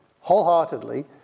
wholeheartedly